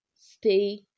stay